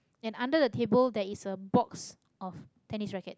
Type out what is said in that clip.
and under the table there is a box of tennis rackets